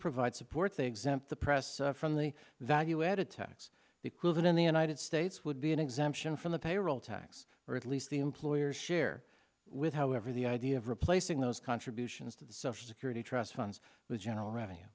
provide support they exempt the press from the value added tax the quid in the united states would be an exemption from the payroll tax or at least the employer's share with however the idea of replacing those contributions to the social security trust funds the general re